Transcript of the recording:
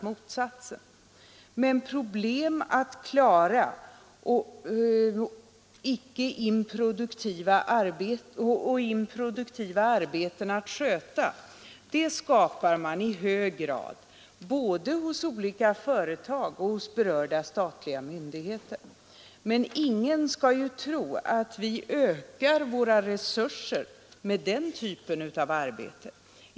Men problem att klara och improduktiva arbeten att sköta skapar man i hög grad både hos företag och hos berörda statliga myndigheter. Ingen skall tro att vi ökar våra resurser med den typen av arbeten.